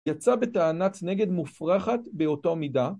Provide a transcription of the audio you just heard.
‫יצא בטענת נגד מופרכת באותה מידה.